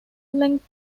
length